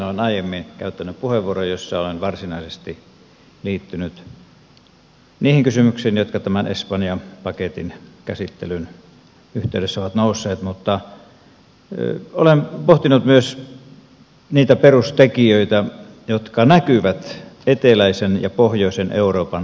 olen aiemmin käyttänyt puheenvuoron joka on varsinaisesti liittynyt niihin kysymyksiin jotka tämän espanja paketin käsittelyn yhteydessä ovat nousseet mutta olen pohtinut myös niitä perustekijöitä jotka näkyvät eteläisen ja pohjoisen euroopan erilaisissa tilanteissa